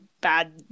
bad